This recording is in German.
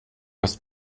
ist